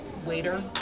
waiter